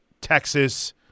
Texas